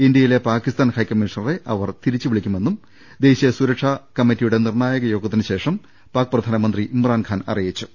ഇന്ത്യയിലെ പാകിസ്താൻ ഹൈക്കമ്മിഷ ണറെ തിരിച്ചുവിളിക്കുമെന്നും ദേശീയ സുരക്ഷാ കമ്മിറ്റിയുടെ നിർണാ യക യോഗത്തിനുശേഷം പാക് പ്രധാനമന്ത്രി ഇമ്രാൻഖാൻ അറിയിച്ചു